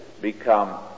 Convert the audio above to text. become